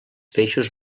peixos